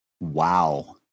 wow